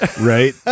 right